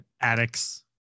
addict's